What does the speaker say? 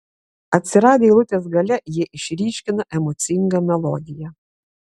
atsiradę eilutės gale jie išryškina emocingą melodiją